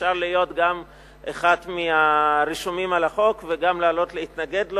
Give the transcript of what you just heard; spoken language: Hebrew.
שאפשר להיות גם אחד מהרשומים על החוק וגם לעלות להתנגד לו.